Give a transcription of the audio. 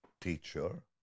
teacher